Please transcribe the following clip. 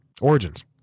Origins